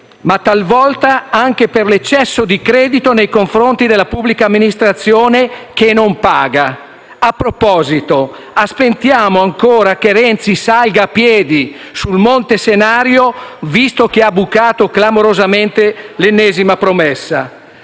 e, talvolta, anche per l'eccesso di credito nei confronti della pubblica amministrazione, che non paga. A proposito, aspettiamo ancora che Renzi salga a piedi sul Monte Senario, visto che ha bucato clamorosamente l'ennesima promessa.